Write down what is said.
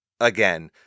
again